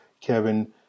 Kevin